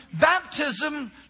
baptism